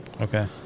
Okay